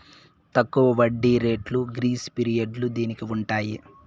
తక్కువ వడ్డీ రేట్లు గ్రేస్ పీరియడ్లు దీనికి ఉంటాయి